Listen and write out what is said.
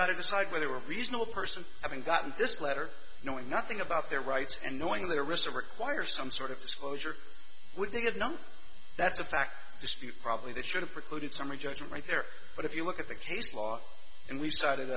got to decide whether or reasonable person having gotten this letter knowing nothing about their rights and knowing the risks of require some sort of disclosure would they have known that's a fact dispute probably that should have precluded summary judgment right there but if you look at the case law and we started